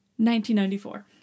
1994